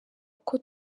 uko